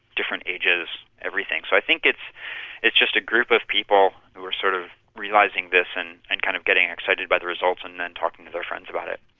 different ages, everything. so i think it's it's just a group of people who are sort of realising this and and kind of getting excited by the results and and then talking to their friends about it.